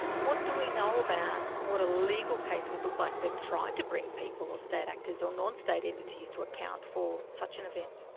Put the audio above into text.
what do we know about what a legal case would look like that tried to bring people or state actors or non-state entities to account for such an event?